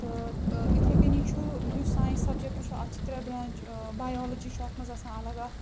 تہٕ اِتھَے کٔنی چھُ یُس ساینَس سَبجَکٹ چھُ اَتھ چھِ ترٛےٚ برٛانٛچ بیوالجی چھُ اَتھ منٛز آسان اَلَگ اَکھ